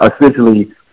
essentially